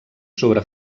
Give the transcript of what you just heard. sobre